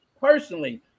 personally